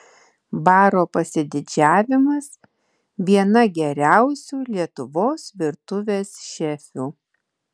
baro pasididžiavimas viena geriausių lietuvos virtuvės šefių